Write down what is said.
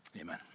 Amen